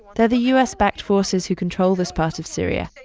they're the u s backed forces who control this part of syria.